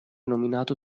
nominato